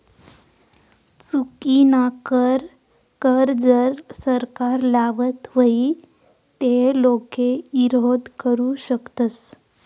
चुकीनाकर कर जर सरकार लावत व्हई ते लोके ईरोध करु शकतस